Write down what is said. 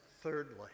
thirdly